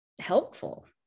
helpful